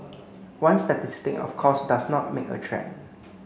one statistic of course does not make a trend